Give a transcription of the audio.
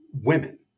women